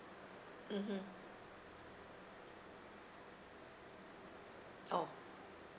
mmhmm oh